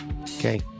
Okay